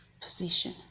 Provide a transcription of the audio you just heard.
position